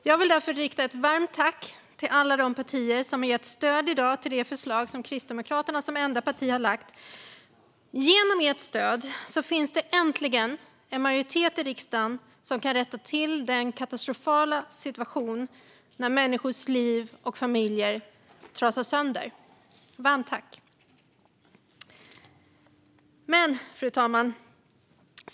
Jag vill därför rikta ett varmt tack till alla de partier som i dag har gett stöd till det förslag som Kristdemokraterna som enda parti lagt fram. Genom ert stöd finns det äntligen en majoritet i riksdagen som kan rätta till den katastrofala situation där människors liv och familjer trasas sönder. Fru talman!